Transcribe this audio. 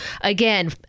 again